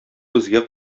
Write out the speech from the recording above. безгә